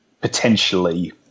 potentially